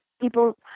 People